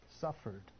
suffered